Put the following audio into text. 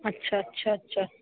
अच्छा अच्छा अच्छा